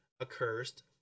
accursed